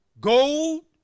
Gold